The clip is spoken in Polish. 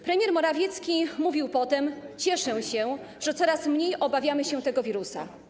Premier Morawiecki mówił potem: Cieszę się, że coraz mniej obawiamy się tego wirusa.